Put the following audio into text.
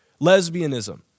lesbianism